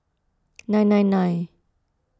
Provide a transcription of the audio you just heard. nine nine nine